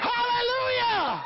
Hallelujah